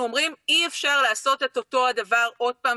נעבור להצעה הבא לסדר-היום